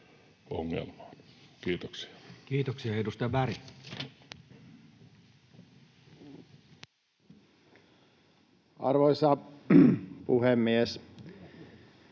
Kiitoksia. Kiitoksia. — Edustaja Berg. Arvoisa puhemies!